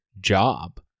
job